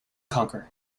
conquer